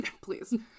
please